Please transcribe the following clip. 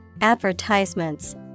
advertisements